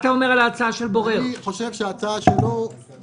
מה אתה אומר על ההצעה שלו לגבי בורר?